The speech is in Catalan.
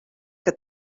que